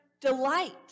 delight